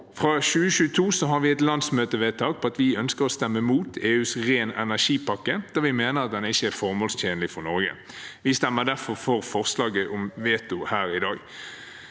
Fra 2022 har vi et landsmøtevedtak på at vi ønsker å stemme mot EUs ren energipakke, da vi mener den ikke er formålstjenlig for Norge. Vi stemmer derfor for forslaget om veto her i dag.